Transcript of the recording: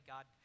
God